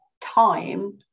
time